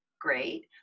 great